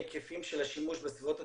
ההיקפים של השימוש בסביבות הטכנולוגיות,